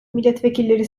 milletvekilleri